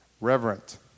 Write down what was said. Reverent